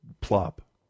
plop